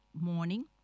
morning